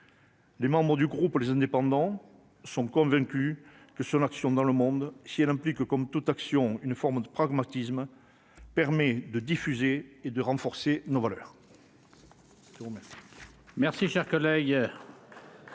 Les membres du groupe, les indépendants sont convaincus que son action dans le monde si elle implique, comme toute action une forme de pragmatisme permet de diffuser et de renforcer nos valeurs.